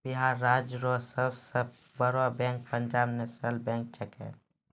बिहार राज्य रो सब से बड़ो बैंक पंजाब नेशनल बैंक छैकै